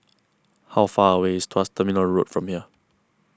how far away is Tuas Terminal Road from here